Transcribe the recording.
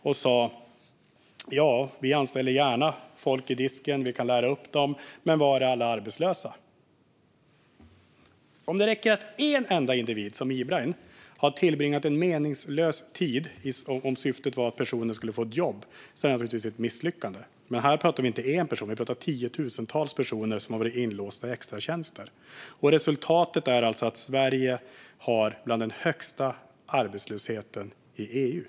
De sa: Vi anställer gärna folk i disken. Vi kan lära upp dem. Men var är alla arbetslösa? Det räcker att en enda individ som Ibrahim har tillbringat en meningslös tid, om syftet var att personen skulle få ett jobb. Det är naturligtvis ett misslyckande. Men här pratar vi inte om en person. Vi pratar om tiotusentals personer som varit inlåsta i extratjänster. Resultatet är att arbetslösheten i Sverige är en bland de högsta i EU. Det är fakta.